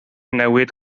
newid